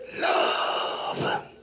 Love